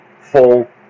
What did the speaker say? full